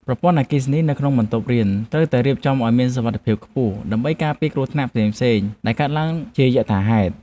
ប្រព័ន្ធអគ្គិសនីនៅក្នុងបន្ទប់រៀនត្រូវតែរៀបចំឱ្យមានសុវត្ថិភាពខ្ពស់ ដើម្បីការពារគ្រោះថ្នាក់ផ្សេងៗដែលកើតឡើងជាយថាហេតុ។